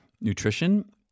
nutrition